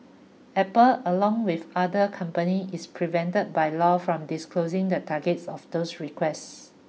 Apple along with other company is prevented by law from disclosing the targets of those requests